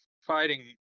fighting